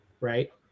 right